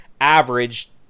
average